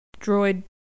droid